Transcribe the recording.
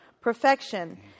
perfection